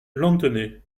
lanthenay